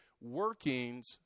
workings